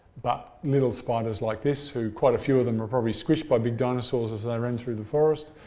but little spiders like this, who quite a few of them were probably squished by big dinosaurs as they ran through the forest,